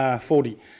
forty